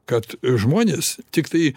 kad žmonės tiktai